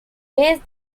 based